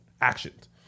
actions